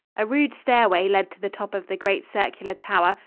a rude stairway led to the top of the great circular tower,